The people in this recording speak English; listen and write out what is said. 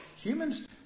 Humans